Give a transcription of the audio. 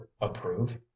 approve